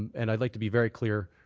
and i'd like to be very clear,